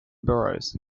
boroughs